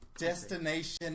Destination